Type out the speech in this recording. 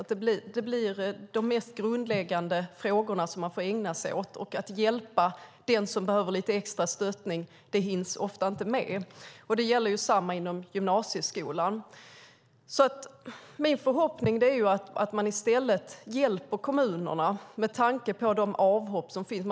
Då blir det de mest grundläggande frågorna som man får ägna sig åt, och att hjälpa den som behöver lite extra stöttning hinner man ofta inte med. Det är detsamma inom gymnasieskolan. Min förhoppning är att man i stället hjälper kommunerna, med tanke på de avhopp som sker.